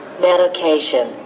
medication